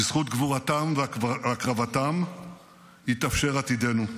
בזכות גבורתם והקרבתם יתאפשר עתידנו.